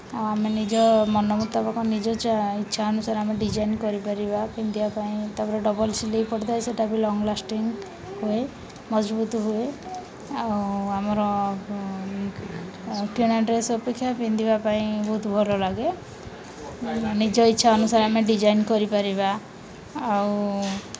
ଆଉ ଆମେ ନିଜ ମନ ମୁତାବକ ନିଜ ଇଚ୍ଛା ଅନୁସାରେ ଆମେ ଡିଜାଇନ୍ କରିପାରିବା ପିନ୍ଧିବା ପାଇଁ ତା'ପରେ ଡବଲ୍ ସିଲେଇ ପଡ଼ିଥାଏ ସେଟା ବି ଲଙ୍ଗ୍ ଲାଷ୍ଟିଂ ହୁଏ ମଜବୁତ ହୁଏ ଆଉ ଆମର କିଣା ଡ୍ରେସ୍ ଅପେକ୍ଷା ପିନ୍ଧିବା ପାଇଁ ବହୁତ ଭଲ ଲାଗେ ନିଜ ଇଚ୍ଛା ଅନୁସାରେ ଆମେ ଡିଜାଇନ୍ କରିପାରିବା ଆଉ